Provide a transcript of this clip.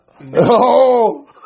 No